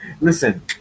Listen